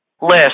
list